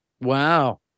wow